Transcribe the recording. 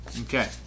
Okay